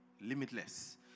limitless